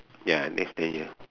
ya next day ya